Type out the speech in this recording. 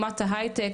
אומת ההיי-טק,